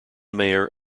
mayor